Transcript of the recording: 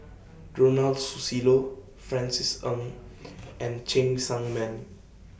Ronald Susilo Francis Ng and Cheng Tsang Man